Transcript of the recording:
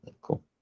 Cool